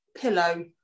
pillow